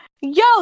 yo